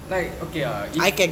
like okay ah if